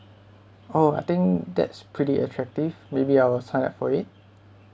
oh I think that's pretty attractive maybe I will sign up for it